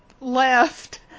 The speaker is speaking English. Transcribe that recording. left